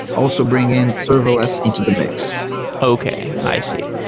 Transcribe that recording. also bring in serverless into the mix okay. i see.